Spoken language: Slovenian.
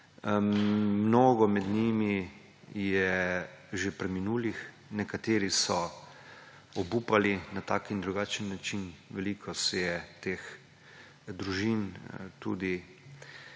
mnogo med njimi je že preminulih, nekateri so obupali na tak in drugačen način, veliko se je teh družin tudi